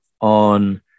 on